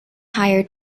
hire